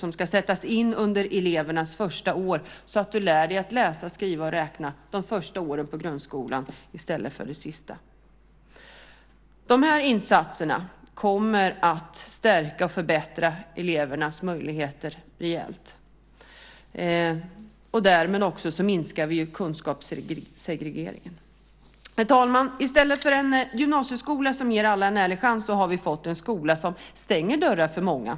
Det ska sättas in under elevernas första år så att de lär sig att läsa och skriva och räkna de första åren på grundskolan i stället för de sista. Dessa insatser kommer att stärka och förbättra elevernas möjligheter rejält. Därmed minskar vi också kunskapssegregeringen. Herr talman! I stället för en gymnasieskola som ger alla en ärlig chans har vi fått en skola som stänger dörrar för många.